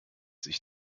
sich